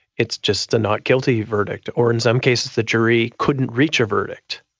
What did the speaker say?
it's just a not guilty verdict, or in some cases the jury couldn't reach a verdict,